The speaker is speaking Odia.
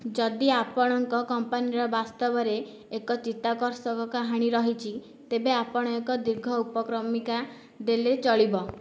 ଯଦି ଆପଣଙ୍କ କମ୍ପାନୀର ବାସ୍ତବରେ ଏକ ଚିତ୍ତାକର୍ଷକ କାହାଣୀ ରହିଛି ତେବେ ଆପଣ ଏକ ଦୀର୍ଘ ଉପକ୍ରମଣିକା ଦେଲେ ଚଳିବ